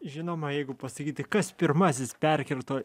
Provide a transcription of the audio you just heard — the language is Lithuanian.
žinoma jeigu pasakyti kas pirmasis perkirto